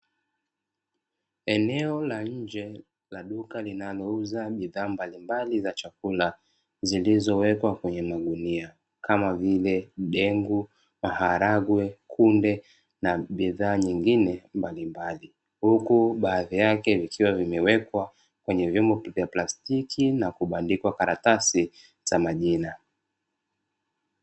Eneo la nje la duka linalouza bidhaa mbalimbali za chakula zilizowekwa kwenye magunia kama vile dengu, maharagwe, kunde na bidhaa nyingine mbalimbali. Huku baadhi yake vikiwa vimewekwa kwenye vyombo vya plastiki na kubandikwa karatasi za majina.